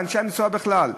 אנשי המקצוע בכלל.